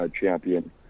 Champion